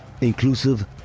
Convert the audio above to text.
Inclusive